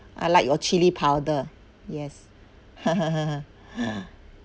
I like your chili powder yes